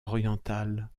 oriental